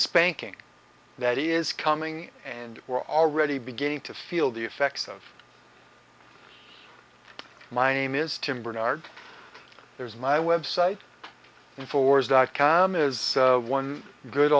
spanking that is coming and we're already beginning to feel the effects of my name is tim bernard there's my website in force dot com is one good